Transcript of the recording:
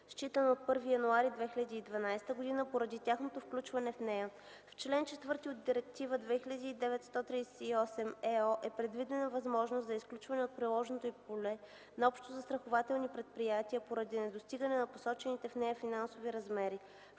считано от 1 януари 2012 г., поради тяхното включване в нея. В чл. 4 от Директива 2009/138/ЕО е предвидена възможност за изключване от приложното й поле на общозастрахователни предприятия поради недостигане на посочените в нея финансови размери.